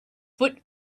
foot